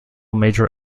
major